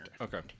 Okay